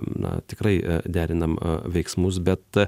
na tikrai derinam veiksmus bet